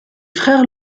frères